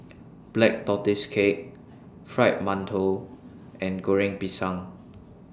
Black Tortoise Cake Fried mantou and Goreng Pisang